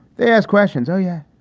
they ask questions. oh, yeah.